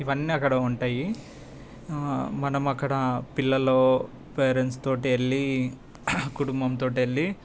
ఇవన్నీ అక్కడ ఉంటాయి మనమక్కడ పిల్లలు పేరెంట్స్తో వెళ్ళి కుటుంబంతో వెళ్ళి